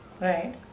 Right